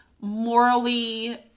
morally